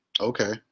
Okay